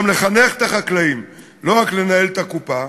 לחנך את החקלאים ולא רק לנהל את הקופה,